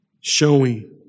Showing